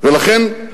ולכן,